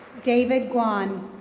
david guan.